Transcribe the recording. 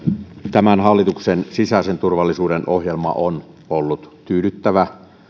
tämän hallituksen sisäisen turvallisuuden ohjelma on ollut tyydyttävä